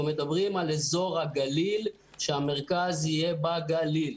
אנחנו מדברים על אזור הגליל שהמרכז שלו יהיה בגליל.